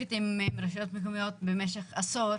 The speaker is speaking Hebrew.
אינטנסיבית עם רשויות מקומיות במשך עשור,